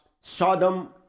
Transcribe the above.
Sodom